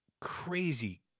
crazy